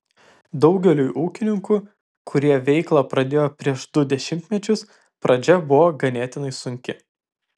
daugeliui ūkininkų kurie veiklą pradėjo prieš du dešimtmečius pradžia buvo ganėtinai sunki